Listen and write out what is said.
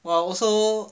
!wah! also